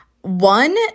One